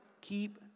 keep